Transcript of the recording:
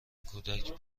کودک